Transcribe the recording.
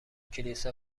کلیسا